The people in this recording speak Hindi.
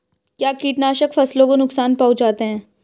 क्या कीटनाशक फसलों को नुकसान पहुँचाते हैं?